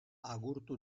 agurtu